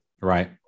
Right